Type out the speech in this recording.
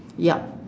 yup